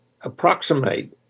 approximate